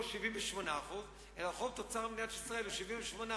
זו משמעותו: הזרמה לתקציב המדינה של 4 מיליארדי שקל בשנה.